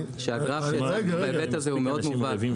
שהגרף שהצגתי בהיבט הזה הוא מאוד מובן.